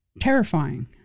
terrifying